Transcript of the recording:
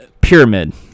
Pyramid